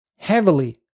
Heavily